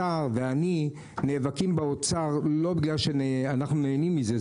השר ואני נאבקים באוצר לא בגלל שאנחנו נהנים מזה,